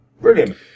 Brilliant